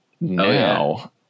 now